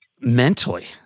mentally